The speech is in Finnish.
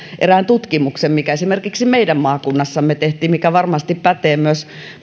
erään tutkimuksen mikä meidän maakunnassamme tehtiin ja mikä varmasti pätee myös